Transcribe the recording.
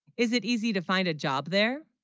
is it easy to find a job there